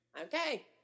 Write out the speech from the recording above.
Okay